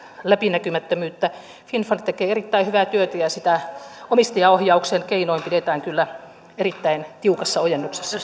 läpinäkymättömyyttä finnfund tekee erittäin hyvää työtä ja sitä omistajaohjauksen keinoin pidetään kyllä erittäin tiukassa ojennuksessa